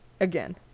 Again